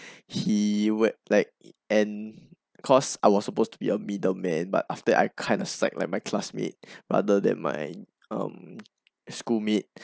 he wept like and cause I was supposed to be a middleman but after I kind of side like my classmate rather than my um schoolmate